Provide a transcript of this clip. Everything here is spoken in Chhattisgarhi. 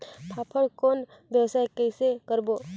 फाफण कौन व्यवसाय कइसे करबो?